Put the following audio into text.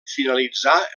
finalitzà